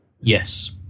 Yes